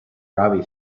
robbie